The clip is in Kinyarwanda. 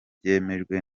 byemejwe